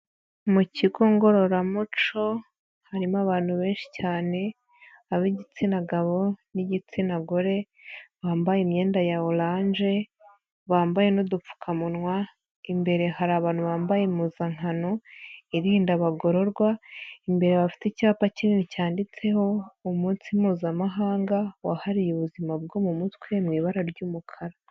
Mu kigo ngorora muco harimo abantu benshi cyane, ab'igitsina gabo n'igitsina gore, bambaye imyenda ya oranje, bambaye n'udupfukamunwa, imbere hari abantu bambaye impuzankano irinda abagororwa, imbere bafite icyapa kinini cyanditseho umunsi mpuzamahanga wahariwe ubuzima bwo mu mutwe mu ibara ry'umukara.